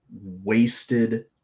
wasted